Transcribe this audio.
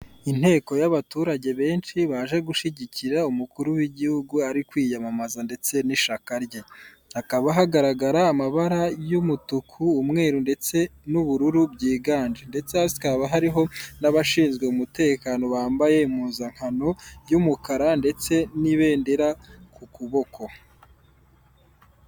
Urupapuro rusa ubururu ruriho intoki ziri kwandika kuri mudasobwa, hariho amagambo avuga ngo uburyo ki wakohereza ibintu kuri murandasi, ukoresheje mudasobwa.